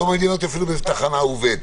לא מעניין אותי אפילו באיזו תחנה הוא עובד.